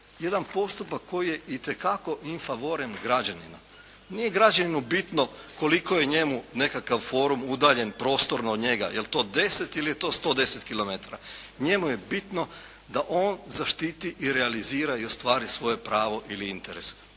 jedan postupak koji je itekako infavorem građanina. Nije građaninu bitno koliko je njemu nekakav forum udaljen prostorno od njega, jel' to 10 ili je to 110 kilometara. Njemu je bitno da on zaštiti i realizira i ostvari svoje pravo ili interes.